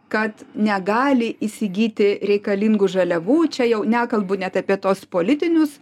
kad negali įsigyti reikalingų žaliavų čia jau nekalbu net apie tuos politinius